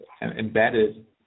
embedded